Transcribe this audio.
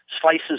Slices